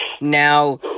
Now